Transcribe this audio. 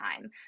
time